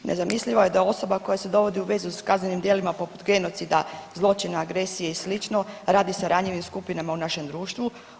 Nezamislivo je da osoba koja se dovodi u vezu s kaznenim djelima poput genocida, zločina, agresije i slično radi sa ranjivim skupinama u našem društvu.